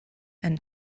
and